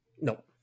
No